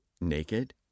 naked